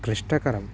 क्लिष्टकरम्